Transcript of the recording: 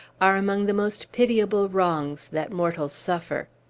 are among the most pitiable wrongs that mortals suffer.